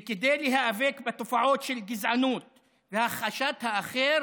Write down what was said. וכדי להיאבק בתופעות של גזענות והכחשת האחר